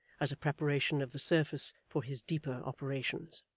as a preparation of the surface for his deeper operations.